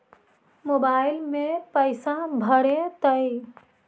Mobile में पैसा भरैतैय?